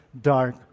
dark